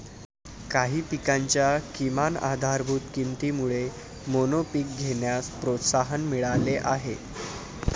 काही पिकांच्या किमान आधारभूत किमतीमुळे मोनोपीक घेण्यास प्रोत्साहन मिळाले आहे